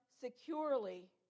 securely